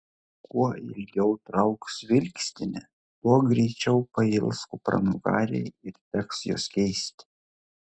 kuo ilgiau trauks vilkstinė tuo greičiau pails kupranugariai ir teks juos keisti